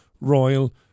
Royal